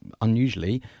Unusually